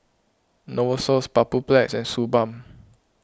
Novosource Papulex and Suu Balm